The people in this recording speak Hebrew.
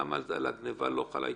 למה על הגניבה לא חלה התיישנות?